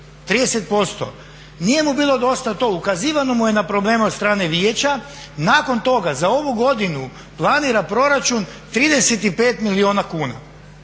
30%, nije mu bilo dosta to, ukazivano mu je na probleme od strane vijeća, nakon toga za ovu godinu planira proračun 35 milijuna kuna.